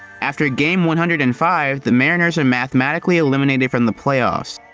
after game one hundred and five, the mariners are mathematically eliminated from the playoffs.